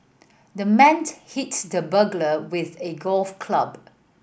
the man hit the burglar with a golf club